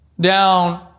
down